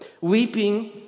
Weeping